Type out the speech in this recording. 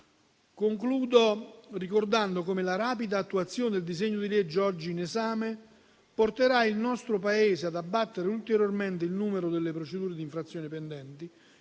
Concludo ricordando come la rapida attuazione del disegno di legge oggi in esame porterà il nostro Paese ad abbattere ulteriormente il numero delle procedure di infrazione pendenti,